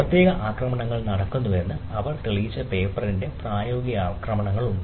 പ്രത്യേക ആക്രമണങ്ങൾ നടക്കുന്നുവെന്ന് അവർ തെളിയിച്ച പ്രത്യേക പേപ്പറിൽ പ്രായോഗിക ആക്രമണങ്ങൾ ഉണ്ട